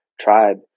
tribe